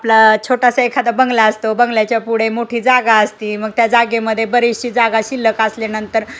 आपला छोटासा एखादा बंगला असतो बंगल्याच्या पुढे मोठी जागा असते मग त्या जागेमध्ये बरीचशी जागा शिल्लक असल्यानंतर